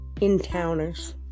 in-towners